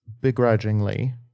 begrudgingly